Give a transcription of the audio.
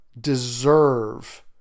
deserve